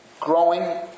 growing